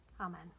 Amen